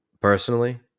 Personally